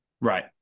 right